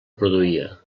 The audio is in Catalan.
produïa